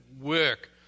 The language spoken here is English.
work